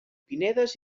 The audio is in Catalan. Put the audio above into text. pinedes